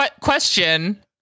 Question